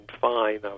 fine